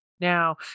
now